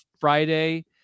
Friday –